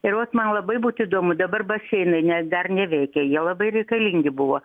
ir vat man labai būtų įdomu dabar baseinai nes dar neveikia jie labai reikalingi buvo